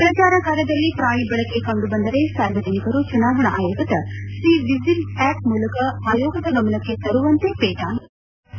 ಪ್ರಚಾರ ಕಾರ್ಯದಲ್ಲಿ ಪ್ರಾಣಿ ಬಳಕೆ ಕಂಡುಬಂದರೆ ಸಾರ್ವಜನಿಕರು ಚುನಾವಣಾ ಆಯೋಗದ ಸಿ ವಿಜಿಲ್ ಆ್ವಪ್ ಮೂಲಕ ಆಯೋಗದ ಗಮನಕ್ಕೆ ತರುವಂತೆ ಪೇಟಾ ಮನವಿ ಮಾಡಿದೆ